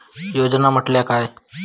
योजना म्हटल्या काय?